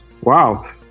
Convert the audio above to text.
wow